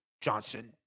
johnson